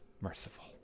merciful